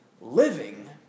living